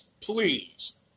please